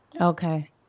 Okay